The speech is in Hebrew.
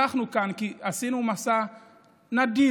אנחנו כאן כי עשינו מסע נדיר,